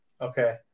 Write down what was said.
okay